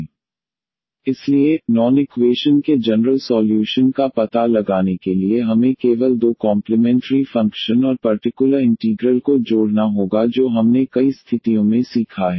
इसलिए non homogeneous equation के general solution का पता लगाने के लिए हमें केवल दो कॉम्प्लिमेंटरी फंक्शन और पर्टिकुलर इंटीग्रल को जोड़ना होगा जो हमने कई स्थितियों में सीखा है